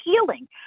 healing